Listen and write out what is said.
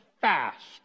fast